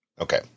Okay